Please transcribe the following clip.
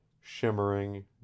shimmering